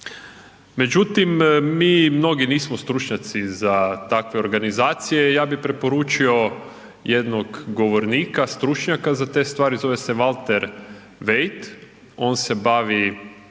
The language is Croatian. Međutim mi mnogi nismo stručnjaci za takve organizacije. Ja bih preporučio jednog govornika, stručnjaka za te stvari. Zove se Valter White. On se bavi